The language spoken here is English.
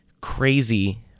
crazy